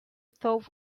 thought